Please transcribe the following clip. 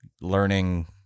learning